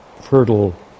fertile